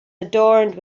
adorned